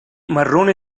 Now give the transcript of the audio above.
marrone